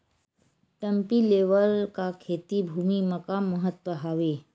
Dumpy level का खेती भुमि म का महत्व हावे?